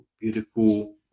beautiful